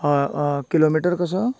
हा हा किलोमिटर कसो